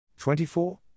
24